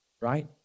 right